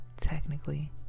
technically